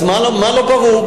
אז מה לא ברור?